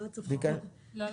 לא, לא.